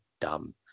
dumb